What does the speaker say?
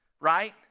right